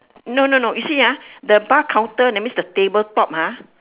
no no no you see ah the bar counter that means the table top ah